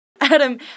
Adam